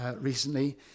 recently